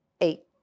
eight